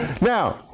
Now